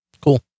cool